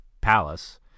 Palace